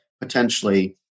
potentially